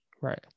right